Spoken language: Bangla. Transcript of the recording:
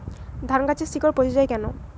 ধানগাছের শিকড় পচে য়ায় কেন?